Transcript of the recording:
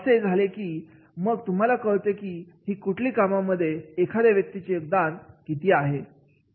असे झाले की मग तुम्हाला कळते ही कुठली आहे कामांमध्ये एखाद्या व्यक्तीचे योगदान किती महत्त्वाचे आहे